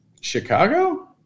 Chicago